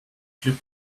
clip